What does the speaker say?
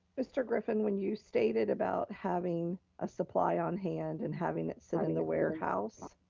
mr. griffin, when you stated about having a supply on hand and having it sit in the warehouse,